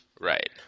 right